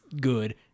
good